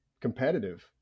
competitive